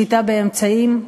שליטה באמצעים,